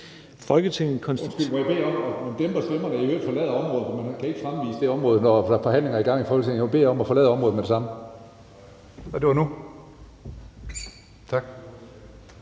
Hønge): Undskyld, må jeg bede om, at man dæmper stemmerne og i øvrigt forlader Dronningelogen, for man kan ikke fremvise det område, når der er forhandlinger i gang i Folketinget. Jeg vil bede om at forlade området med det samme, og det var nu! Tak.